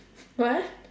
what